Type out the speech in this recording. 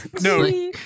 No